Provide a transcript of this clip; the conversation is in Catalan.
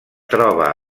troba